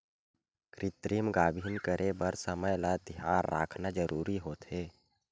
कृतिम गाभिन करे बर समे ल धियान राखना जरूरी होथे